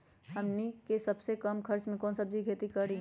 हमनी के सबसे कम खर्च में कौन से सब्जी के खेती करी?